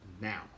now